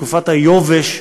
תקופת היובש,